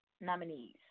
Nominees